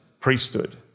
priesthood